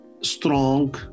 strong